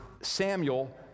Samuel